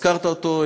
הזכרת אותו,